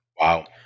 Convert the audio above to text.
Wow